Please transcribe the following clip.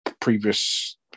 Previous